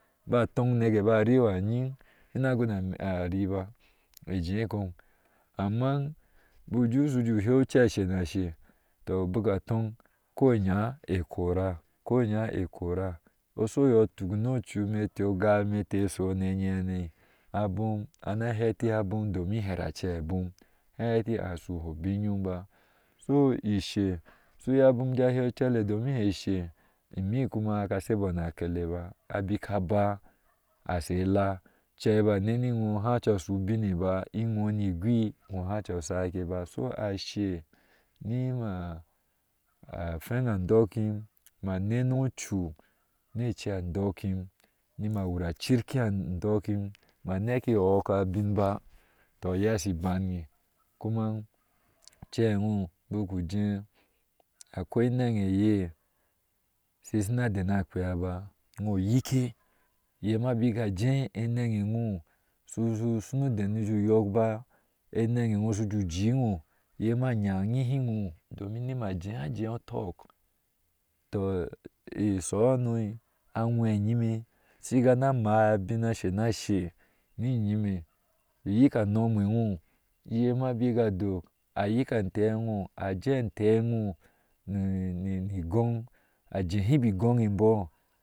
Ba toŋ heke bari wa nyiŋ hine guns ariba ajeekɔɔ, amma bik uje wɔju he ucei shanashew tɔ bik a toŋ ko inya elgra ko inye e kɔra oshu eyɔɔ tuk na ocu mete ogaame te shune enyena abem ana heti abom domi bera acei abom, ha heti asho ubin nyom ba so ishe su a abom aje ahe ucele domin he eshe imi kuma aga shebɔɔ na akele ba a bik a ba sai ek ucei ba neni iwo hashu ubine ba iwɔ ni igwi ma hace sake ba soso ashe ni ma afeŋ andɔkim na nenu ocu ne ece andokim nima wur a air ki he adokim ma neke a ɔɔk abinba, tɔ iye ash iban ye kuma, cewɔɔ bik u ujeɔ akwa anaŋ eye si sina dena kpeaba wo yike yeme bine a je anaŋ ewɔ shu sunu denu yɔk ba enaŋ ewɔo shu ju jii wɔɔ iyema ayaŋhiwɔɔ domin ma jee ajee utok, tɔ isuha no saŋwee yime sigana maa abin ashe naashe ni iyime uyika anomwe wo iye ma bik adok ayika ante ewo ajee antee wɔɔ ni igoŋ a jehe bi igoŋwbɔɔ